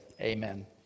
amen